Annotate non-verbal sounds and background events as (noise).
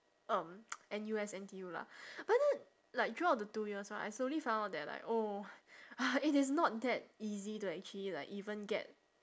um (noise) N_U_S N_T_U lah but then like throughout the two years right I slowly found out that like oh (laughs) it is not that easy to actually like even get